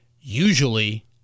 Usually